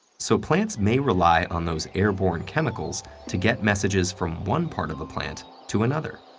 so plants may rely on those airborne chemicals to get messages from one part of a plant to another.